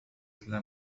إذا